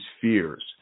fears